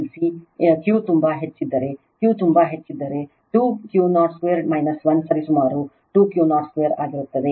Q ತುಂಬಾ ಹೆಚ್ಚಿದ್ದರೆ Q ತುಂಬಾ ಹೆಚ್ಚಿದ್ದರೆ 2 Q02 1 ಸರಿಸುಮಾರು 2 Q02 ಆಗಿರುತ್ತದೆ